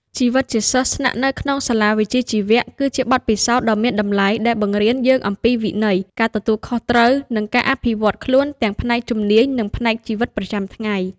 ជីវិតជាសិស្សស្នាក់នៅក្នុងសាលាវិជ្ជាជីវៈ គឺជាបទពិសោធន៍ដ៏មានតម្លៃដែលបង្រៀនយើងអំពីវិន័យ ការទទួលខុសត្រូវ និងការអភិវឌ្ឍខ្លួនទាំងផ្នែកជំនាញ និងផ្នែកជីវិតប្រចាំថ្ងៃ។